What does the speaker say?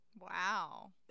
Wow